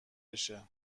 بشه